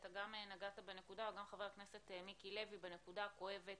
אתה נגעת בנקודה וגם חבר הכנסת מיקי לוי נגע בנקודה הכואבת